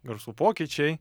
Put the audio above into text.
garsų pokyčiai